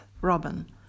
Robin